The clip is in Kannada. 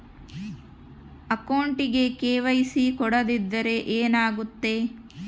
ಅಕೌಂಟಗೆ ಕೆ.ವೈ.ಸಿ ಕೊಡದಿದ್ದರೆ ಏನಾಗುತ್ತೆ?